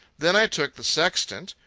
then i took the sextant,